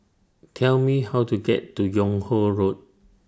Tell Me How to get to Yung Ho Road